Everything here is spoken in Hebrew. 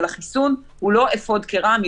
אבל החיסון הוא לא אפוד קרמי,